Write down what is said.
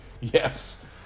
yes